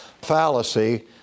fallacy